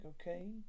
okay